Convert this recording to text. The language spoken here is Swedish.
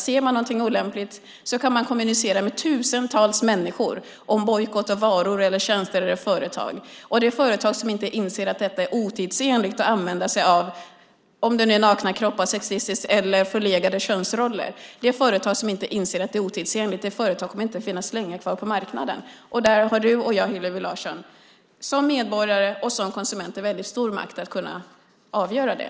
Ser man någonting olämpligt kan man kommunicera med tusentals människor om bojkott av varor, tjänster eller företag. Det företag som inte inser att detta är otidsenligt att använda sig av - om det nu handlar om nakna kroppar, sexistiska budskap eller förlegade könsroller - kommer inte att finnas kvar länge på marknaden. Du och jag, Hillevi Larsson, har som medborgare och som konsumenter väldigt stor makt att kunna avgöra det.